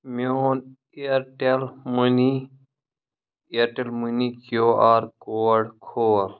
میون Airtel money Airtel money Q R code کھول